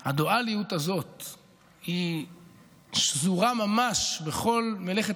אבל הדואליות הזו שזורה ממש בכל מלאכת